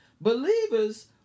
Believers